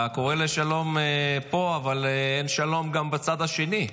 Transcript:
אתה קורא לשלום פה, אבל גם אין שלום בצד השני,